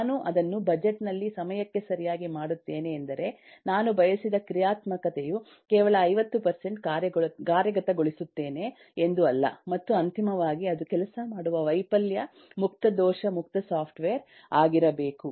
ನಾನು ಅದನ್ನು ಬಜೆಟ್ ನಲ್ಲಿ ಸಮಯಕ್ಕೆ ಸರಿಯಾಗಿ ಮಾಡುತ್ತೇನೆ ಎಂದರೆ ನಾನು ಬಯಸಿದ ಕ್ರಿಯಾತ್ಮಕತೆಯ ಕೇವಲ 50 ಕಾರ್ಯಗತಗೊಳಿಸುತ್ತೇನೆ ಎಂದು ಅಲ್ಲ ಮತ್ತು ಅಂತಿಮವಾಗಿ ಅದು ಕೆಲಸ ಮಾಡುವ ವೈಫಲ್ಯ ಮುಕ್ತ ದೋಷ ಮುಕ್ತ ಸಾಫ್ಟ್ವೇರ್ ಆಗಿರಬೇಕು